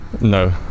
No